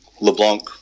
LeBlanc